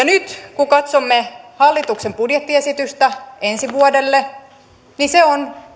nyt kun katsomme hallituksen budjettiesitystä ensi vuodelle se on